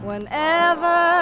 Whenever